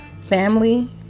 family